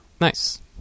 Nice